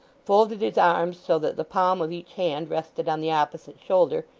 folded his arms so that the palm of each hand rested on the opposite shoulder,